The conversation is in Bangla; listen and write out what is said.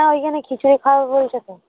হ্যাঁ ওইখানে খিচুড়ি খাওয়াবে বলছে তো